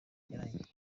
yarangiye